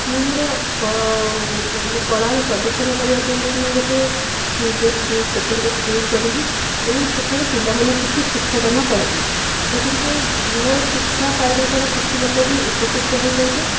ମୁଁ ମୋର କଳାର ପ୍ରଦର୍ଶନ କରିବାକୁ ହେଲେ ମୁଁ ଗୋଟିଏ ନିଜେ ସ୍କୁଲ ସ୍ୱତନ୍ତ୍ର ସ୍କୁଲ କରିବି ଏବଂ ସେଠାରେ ପିଲାମାନଙ୍କୁ କିଛି ଶିକ୍ଷାଦାନ କରିବି ସେଗୁଡ଼ିକ ମୋ ଶିକ୍ଷା ପାଇବା ଦ୍ୱାରା କିଛି ଲୋକ ବି ଉପକୃତ ହୋଇପାରିବେ